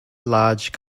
large